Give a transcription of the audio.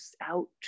out